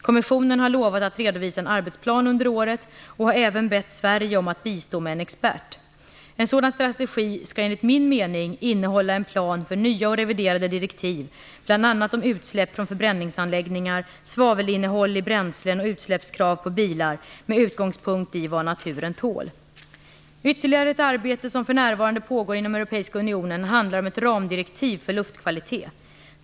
Kommissionen har lovat att redovisa en arbetsplan under året och har även bett Sverige att bistå med en expert. En sådan strategi skall, enligt min mening, innehålla en plan för nya och reviderade direktiv, bl.a. om utsläpp från förbränningsanläggningar, svavelinnehåll i bränslen och utsläppskrav på bilar, med utgångspunkt i vad naturen tål. Ytterligare ett arbete som för närvarande pågår inom Europeiska unionen handlar om ett ramdirektiv för luftkvalitet.